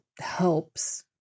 helps